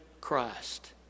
Christ